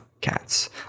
cats